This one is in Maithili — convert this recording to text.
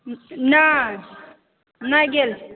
नहि नहि गेल